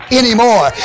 anymore